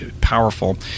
powerful